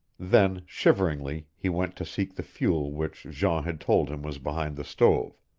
then, shiveringly, he went to seek the fuel which jean had told him was behind the stove.